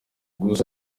gusa